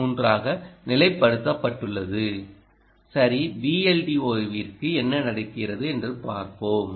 3 ஆக நிலைப்படுத்தப்பட்டுள்ளது சரி VLDO க்கு என்ன நடக்கிறது என்று பார்ப்போம்